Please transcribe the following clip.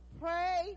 Pray